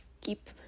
keep